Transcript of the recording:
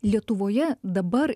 lietuvoje dabar